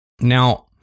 Now